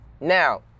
Now